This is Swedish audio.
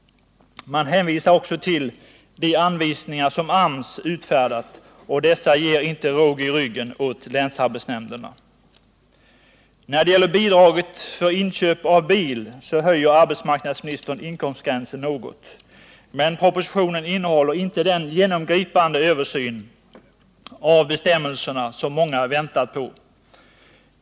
Man hänvisar också till de anvisningar som AMS utfärdat — och dessa ger inte råg i ryggen åt länsarbetsnämnderna. När det gäller bidraget för inköp av bil så höjer arbetsmarknadsministern inkomstgränsen något, men propositionen innehåller inte den genomgripande översyn av bestämmelserna som många väntat på.